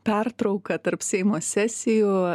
pertrauka tarp seimo sesijų